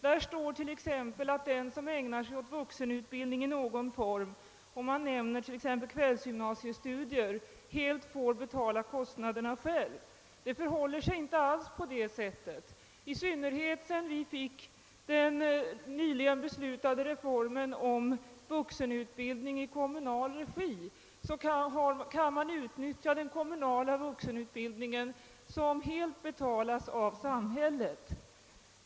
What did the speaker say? Där står t.ex. att den som ägnar sig åt vuxenutbildning i någon form — om man nämner t.ex. kvällsgymnasiestudier — helt får betala kostnaderna själv. Det förhåller sig inte alls på det sättet. I synnerhet sedan vi fick den nyligen beslutade reformen om vuxenutbildning i kommunal regi kan man utnyttja den kommunala vuxenutbildningen, som helt betalas av samhället.